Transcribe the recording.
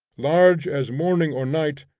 large as morning or night,